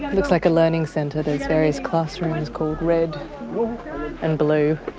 looks like a learning centre, there's various classrooms called red and blue,